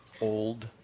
old